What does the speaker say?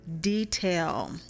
detail